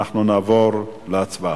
ואנחנו נעבור להצבעה.